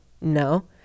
no